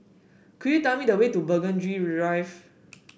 could you tell me the way to Burgundy Drive